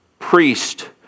Priest